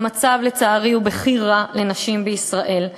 והמצב לצערי הוא בכי רע לנשים בישראל.